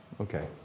okay